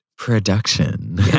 production